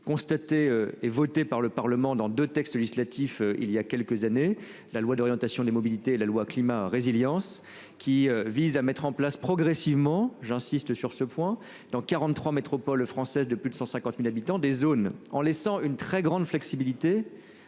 constaté et votée par le Parlement dans deux textes législatifs. Il y a quelques années. La loi d'orientation des mobilités. La loi climat résilience qui vise à mettre en place progressivement, j'insiste sur ce point dans 43 métropoles françaises de plus de 150.000 habitants des zones en laissant une très grande flexibilité